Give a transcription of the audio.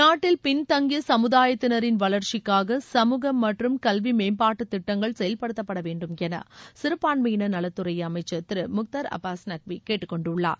நாட்டில் பின்தங்கிய சமுதாயத்தினரின் வளர்ச்சிக்காக சமூக மற்றும் கல்வி மேம்பாட்டுத் திட்டங்கள் செயல்படுத்தப்படவேண்டும் என சிறபான்மையினர் நலத்துறை அமைச்சர் திரு முக்தார் அப்பாஸ் நக்வி கேட்டுக்கொண்டுள்ளார்